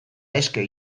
eske